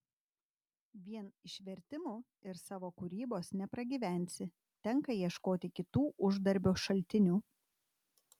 vien iš vertimų ir savo kūrybos nepragyvensi tenka ieškoti kitų uždarbio šaltinių